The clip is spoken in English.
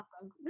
awesome